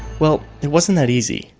well it wasn't that easy.